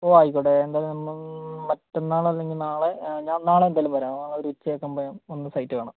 ഓ ആയിക്കോട്ടെ എന്തായാലും നമ്മൾ മറ്റന്നാളല്ലെങ്കിൽ നാളെ ഞാൻ നാളെ എന്തായാലും വരാം നാളെ ഒരുച്ചയ്ക്ക് മുമ്പേ വന്ന് സൈറ്റ് കാണാം